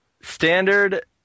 Standard